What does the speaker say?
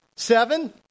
Seven